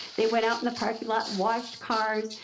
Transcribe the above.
they went out in the parking lot, washed cars,